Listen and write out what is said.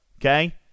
Okay